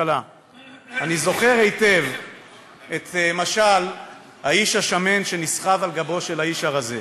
אני זוכר היטב את משל האיש השמן שנסחב על גבו של האיש הרזה.